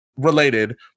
related